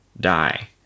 die